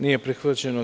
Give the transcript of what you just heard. Nije prihvaćeno 37.